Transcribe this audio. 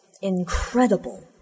Incredible